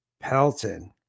Pelton